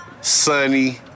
Sunny